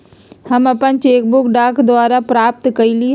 हम अपन cheque book डाक द्वारा प्राप्त कईली ह